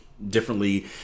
differently